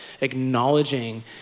acknowledging